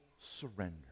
surrender